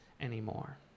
anymore